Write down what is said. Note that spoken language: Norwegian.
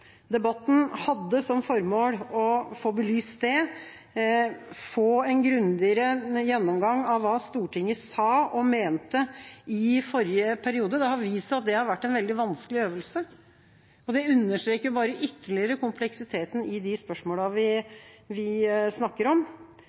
Debatten hadde som formål å få belyst det, få en grundigere gjennomgang av hva Stortinget sa og mente i forrige periode. Det har vist seg at det har vært en veldig vanskelig øvelse, og det understreker bare ytterligere kompleksiteten i de spørsmålene vi snakker om.